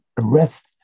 arrest